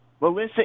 Melissa